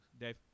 Dave